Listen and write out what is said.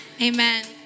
Amen